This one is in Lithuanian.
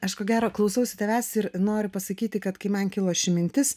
aš ko gero klausausi tavęs ir noriu pasakyti kad kai man kilo ši mintis